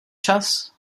čas